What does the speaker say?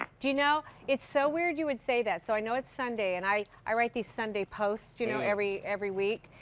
you know it's so weird you would say that. so i know it's sunday. and i i write these sunday posts you know every every week.